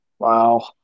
Wow